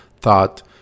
thought